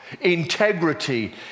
Integrity